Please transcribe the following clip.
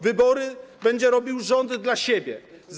Wybory będzie robił rząd dla siebie.